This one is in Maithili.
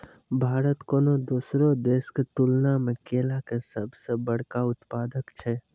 भारत कोनो दोसरो देशो के तुलना मे केला के सभ से बड़का उत्पादक छै